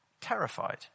Terrified